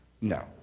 No